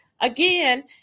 again